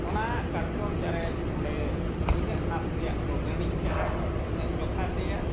ᱚᱱᱟ ᱠᱟᱴᱠᱚᱢ ᱪᱟᱨᱮᱡ ᱚᱸᱰᱮ ᱤᱱᱟᱹᱜ ᱱᱟᱯ ᱛᱮᱱᱟᱜ ᱠᱚ ᱜᱟᱺᱰᱤᱡ ᱠᱟᱜᱼᱟ ᱤᱱᱟᱹᱜ ᱡᱚᱠᱷᱟ ᱛᱮᱱᱟᱜ